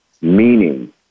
meaning